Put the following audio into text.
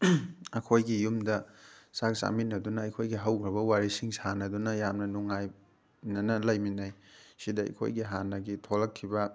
ꯑꯩꯈꯣꯏꯒꯤ ꯌꯨꯝꯗ ꯆꯥꯛ ꯆꯥꯃꯤꯟꯅꯗꯨꯅ ꯑꯩꯈꯣꯏꯒꯤ ꯍꯧꯈ꯭ꯔꯕ ꯋꯥꯔꯤꯁꯤꯡ ꯁꯥꯟꯅꯗꯨꯅ ꯌꯥꯝꯅ ꯅꯨꯡꯉꯥꯏꯅꯅ ꯂꯩꯃꯤꯟꯅꯩ ꯁꯤꯗ ꯑꯩꯈꯣꯏꯒꯤ ꯍꯥꯟꯅꯒꯤ ꯊꯣꯛꯂꯛꯈꯤꯕ